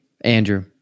Andrew